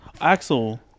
Axel